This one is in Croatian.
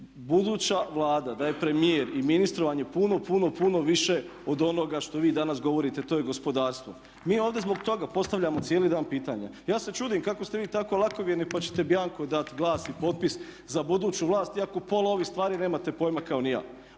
buduća Vlada, da je premijer i ministrovanje puno, puno, puno više od onoga što vi danas govorite to je gospodarstvo. Mi ovdje zbog toga postavljamo cijeli dan pitanja. Ja se čudim kako ste vi tako lakovjerni pa ćete bjanko dati glas i potpis za buduću vlast iako pola ovih stvari nemate pojma kao ni ja.